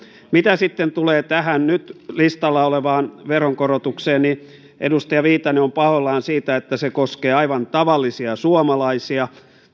mitä sitten tulee tähän nyt listalla olevaan veronkorotukseen niin edustaja viitanen on pahoillaan siitä että se koskee aivan tavallisia suomalaisia